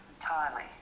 entirely